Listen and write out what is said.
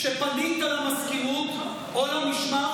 כשפנית למזכירות או למשמר,